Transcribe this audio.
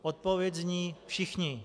Odpověď zní: Všichni.